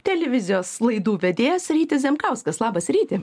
televizijos laidų vedėjas rytis zemkauskas labas ryti